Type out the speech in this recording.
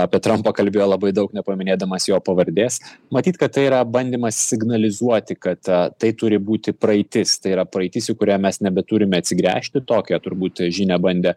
apie trampą kalbėjo labai daug nepaminėdamas jo pavardės matyt kad tai yra bandymas signalizuoti kad tai turi būti praeitis tai yra praeitis į kurią mes nebeturime atsigręžti tokią turbūt žinią bandė